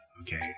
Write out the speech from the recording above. okay